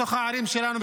בתוך הערים שלנו,